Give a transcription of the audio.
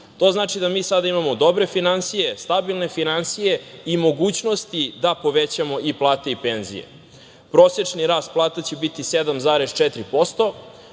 To znači da mi sada imamo dobre finansije, stabilne finansije i mogućnosti da povećamo i plate i penzije. Prosečan rast plata će biti 7,4%,